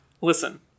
Listen